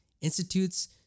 institutes